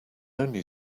only